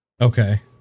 Okay